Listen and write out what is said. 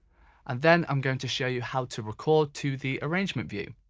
and then i'm going to show you how to record to the arrangement view.